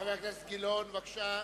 חבר הכנסת גילאון, בבקשה.